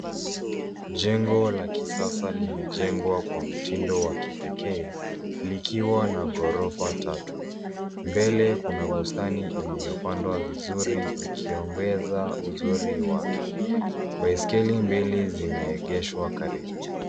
Jengo la kisasa limejengwa kwa mtindo wa kipekee likiwa na ghorofa tatu. Mbele kuna bustani iliyopandwa vizuri ikiongeza uzuri wake. Baiskeli mbele zimeegeshwa karibu.